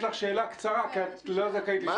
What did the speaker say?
לך יש שאלה קצרה, כי את לא זכאית לשאול שאלות.